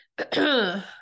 Okay